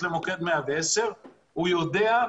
יודע,